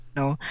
no